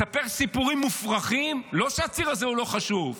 מספר סיפורים מופרכים, לא שהציר הזה הוא לא חשוב.